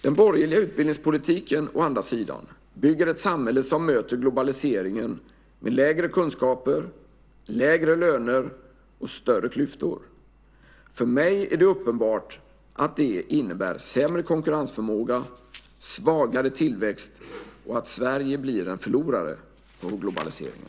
Den borgerliga utbildningspolitiken, å andra sidan, bygger ett samhälle som möter globaliseringen med lägre kunskaper, lägre löner och större klyftor. För mig är det uppenbart att det innebär sämre konkurrensförmåga, svagare tillväxt och att Sverige blir en förlorare i globaliseringen.